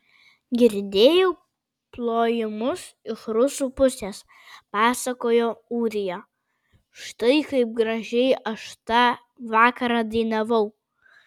girdėjau plojimus iš rusų pusės pasakojo ūrija štai kaip gražiai aš tą vakarą dainavau